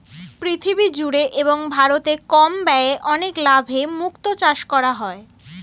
পৃথিবী জুড়ে এবং ভারতে কম ব্যয়ে অনেক লাভে মুক্তো চাষ করা হয়